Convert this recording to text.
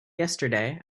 yesterday